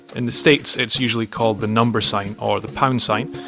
in the states, it's usually called the number sign or the pound sign.